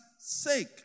sake